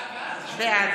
בעד